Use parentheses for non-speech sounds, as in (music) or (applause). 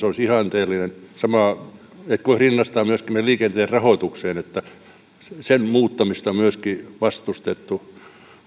(unintelligible) olisi ihanteellinen samaten kun rinnastaa tämän myöskin meidän liikenteen rahoitukseemme sen muuttamista on myöskin vastustettu